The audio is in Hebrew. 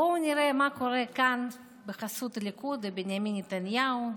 בואו נראה מה קורה כאן בחסות הליכוד עם בנימין נתניהו.